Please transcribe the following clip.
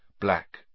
Black